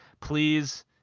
Please